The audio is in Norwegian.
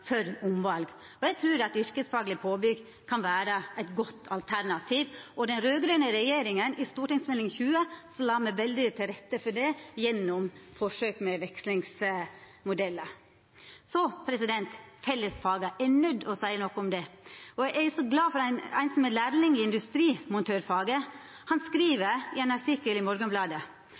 for omval. Eg trur at yrkesfagleg påbygg kan vera eit godt alternativ. Den raud-grøne regjeringa la i Meld. St. 20 for 2013–2014 godt til rette for dette gjennom forsøk med vekslingsmodellar. Så til fellesfaga – eg er nøydd til å seia noko om dei. Eg er så glad for ein som er lærling i industrimontørfaget. Han skriv i ein artikkel i Morgonbladet: